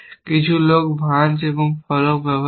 কিছু লোক ধারণা ভাঁজ এবং ফলক ব্যবহার করে